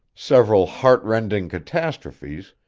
several heartrending catastrophes,